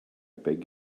beg